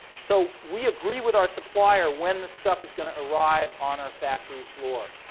so we agree with our supplier when the stuff is going to arrive on our factory floor.